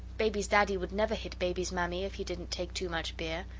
baby's daddy would never hit baby's mammy if he didn't take too much beer.